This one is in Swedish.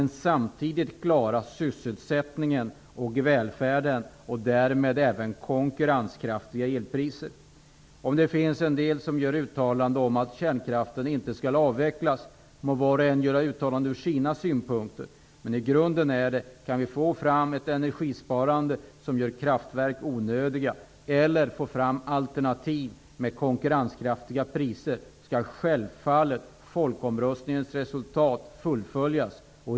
Samtidigt skall vi klara sysselsättningen och välfärden och därmed även konkurrenskraftiga elpriser. Om det finns de som gör uttalanden om att kärnkraften inte skall avvecklas vill jag bara säga att var och en må göra uttalanden utifrån sina utgångspunkter. Men i grunden gäller att om vi kan få fram ett energisparande som gör kraftverk onödiga eller om vi kan få fram alternativ med konkurrenskraftiga priser så skall folkomröstningens resultat självfallet fullföljas.